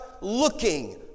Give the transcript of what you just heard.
looking